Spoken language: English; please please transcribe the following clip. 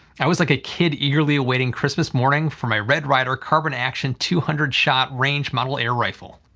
i was like a kid eagerly awaiting christmas morning for my red ryder carbine-action two-hundred-shot range model air rifle.